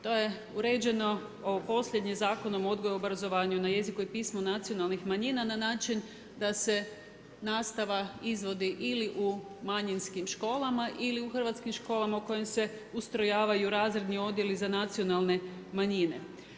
To je uređeno posljednjim Zakonom o odgoju i obrazovanju na jeziku i pismu nacionalnih manjina na način da se nastava izvodi ili u manjinskim školama ili u hrvatskim školama u kojim se ustrojavaju razredni odjeli za nacionalne manjine.